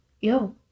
yo